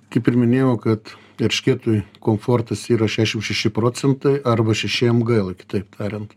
kaip ir minėjau kad eršketui komfortas yra šesšim šeši procentai arba šeši em g elai kitaip tariant